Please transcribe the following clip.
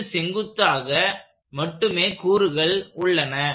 CBக்கு செங்குத்தாக மட்டுமே கூறுகள் உள்ளன